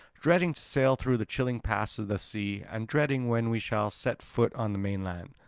dreading to sail through the chilling paths of the sea, and dreading when we shall set foot on the mainland.